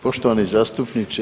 Poštovani zastupniče.